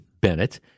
Bennett